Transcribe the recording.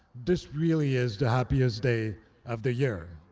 this really is the happiest day of the year.